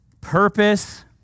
purpose